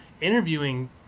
interviewing